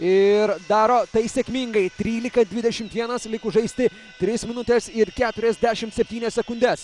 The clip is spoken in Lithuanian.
ir daro tai sėkmingai trylika dvidešim vienas likus žaisti tris minutes ir keturiasdešim septynias sekundes